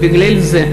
בגלל זה,